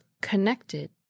connected